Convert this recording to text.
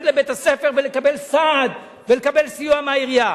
לבית-הספר ולקבל סעד ולקבל סיוע מהעירייה.